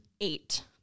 eight